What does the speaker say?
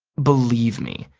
believe me,